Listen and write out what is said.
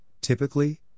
typically